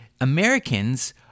Americans